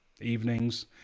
evenings